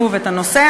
את הנושא.